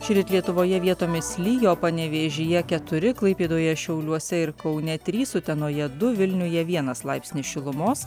šįryt lietuvoje vietomis lijo panevėžyje keturi klaipėdoje šiauliuose ir kaune trys utenoje du vilniuje vienas laipsnis šilumos